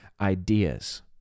ideas